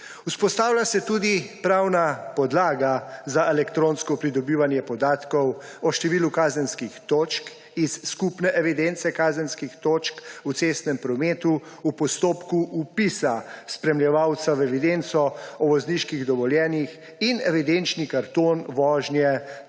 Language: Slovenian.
Vzpostavlja se tudi pravna podlaga za elektronsko pridobivanje podatkov o številu kazenskih točk iz skupne evidence kazenskih točk v cestnem prometu, v postopku vpisa spremljevalca v evidenco o vozniških dovoljenjih in evidenčni karton vožnje ter